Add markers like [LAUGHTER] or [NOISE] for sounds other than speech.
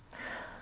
[LAUGHS]